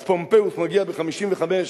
אז פומפיוס מגיע ב-55,